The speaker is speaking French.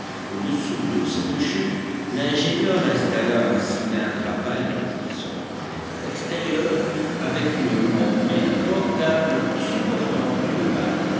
au-dessous de cette chute l'ingénieur installa un cylindre à palettes qui se raccordait à l'extérieur avec une roue enroulée d'un fort câble supportant une banne